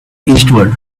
eastward